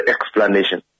explanation